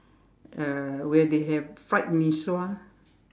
uh where they have fried mee-sua